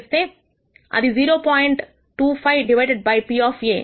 25 divided by P ఇది 0